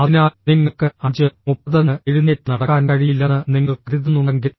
അതിനാൽ നിങ്ങൾക്ക് 530 ന് എഴുന്നേറ്റ് നടക്കാൻ കഴിയില്ലെന്ന് നിങ്ങൾ കരുതുന്നുണ്ടെങ്കിൽ